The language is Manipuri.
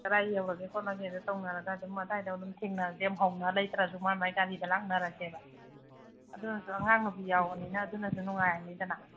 ꯀꯗꯥꯏ ꯌꯧꯔꯒꯦ ꯈꯣꯠꯂꯒꯦꯗꯨ ꯇꯧꯅꯔꯒ ꯑꯗꯨꯝ ꯑꯗꯨꯋꯥꯏꯗ ꯑꯗꯨꯝ ꯊꯦꯡꯅꯔꯁꯦ ꯍꯧꯅ ꯂꯩꯇ꯭ꯔꯁꯨ ꯃꯥꯏ ꯃꯥꯏ ꯒꯥꯔꯤꯗ ꯂꯥꯛꯅꯔꯁꯦꯕ ꯑꯗꯨꯅꯁꯨ ꯑꯉꯥꯡ ꯅꯨꯄꯤ ꯌꯥꯎꯕꯅꯤꯅ ꯑꯗꯨꯅꯁꯨ ꯅꯨꯡꯉꯥꯏꯔꯅꯤꯗꯅ